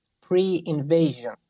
pre-invasion